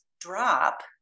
drop